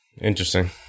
Interesting